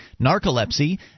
narcolepsy